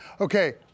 Okay